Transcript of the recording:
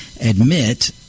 admit